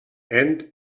and